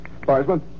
Barsman